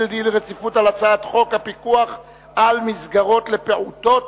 דין רציפות על הצעת חוק הפיקוח על מסגרות לפעוטות,